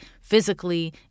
physically